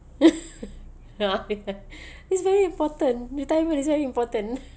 ya it's very important retirement is very important